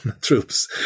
troops